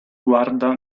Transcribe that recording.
guarda